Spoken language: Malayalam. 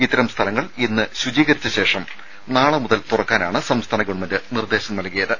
ഇത്തരം സ്ഥലങ്ങൾ ഇന്ന് ശുചീകരിച്ചശേഷം നാളെ മുതൽ തുറക്കാനാണ് സംസ്ഥാന ഗവൺമെന്റ് നിർദ്ദേശം നൽകിയത്